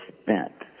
spent